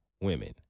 women